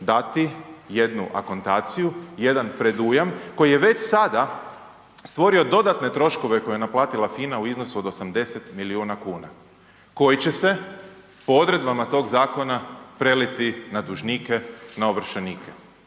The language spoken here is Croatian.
dati jednu akontaciju, jedan predujam koji je već sada stvorio dodatne troškove koje je naplatila FINA u iznosu od 80 milijuna kuna koji će se po odredbama tog zakona preliti na dužnike, na ovršenike.